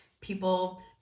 people